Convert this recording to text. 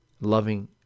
loving